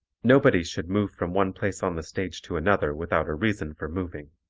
nobody should move from one place on the stage to another without a reason for moving.